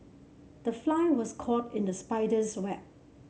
the fly was caught in the spider's web